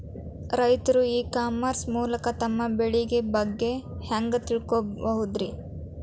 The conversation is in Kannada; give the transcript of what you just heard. ರೈತರು ಇ ಕಾಮರ್ಸ್ ಮೂಲಕ ತಮ್ಮ ಬೆಳಿ ಬಗ್ಗೆ ಹ್ಯಾಂಗ ತಿಳ್ಕೊಬಹುದ್ರೇ?